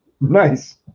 Nice